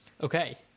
Okay